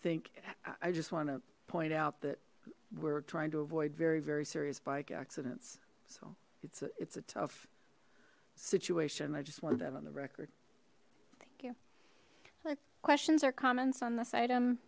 think i just want to point out that we're trying to avoid very very serious bike accidents so it's a it's a tough situation i just wanted that the record thank you like questions or comments on this item